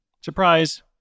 Surprise